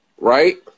right